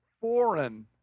foreign